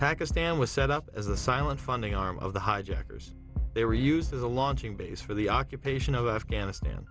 pakistan was set up as a silent funding arm of the hijackers they were used as a launching base for the occupation of afghanistan